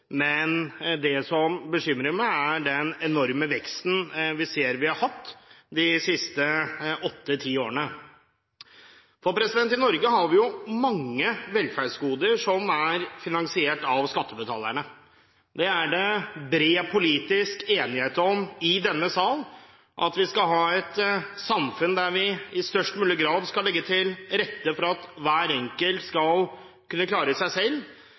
det viktig å slå fast at problemet riktignok ikke er enormt nå, det som bekymrer meg, er den enorme veksten vi har hatt de siste åtte–ti årene. I Norge har vi mange velferdsgoder som er finansiert av skattebetalerne. Det er i denne salen bred politisk enighet om at vi skal ha et samfunn der vi i størst mulig grad skal legge til rette for at hver enkelt skal kunne klare seg selv,